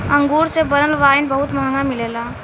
अंगूर से बनल वाइन बहुत महंगा मिलेला